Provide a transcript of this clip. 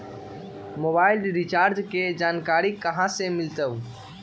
Mobile recharge के जानकारी कहा से मिलतै?